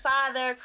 Father